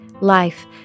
Life